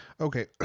Okay